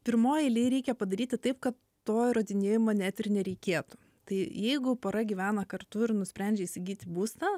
pirmoj eilėj reikia padaryti taip kad to įrodinėjimo net ir nereikėtų tai jeigu pora gyvena kartu ir nusprendžia įsigyti būstą